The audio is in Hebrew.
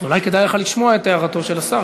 אז אולי כדאי לשמוע את הערתו של השר,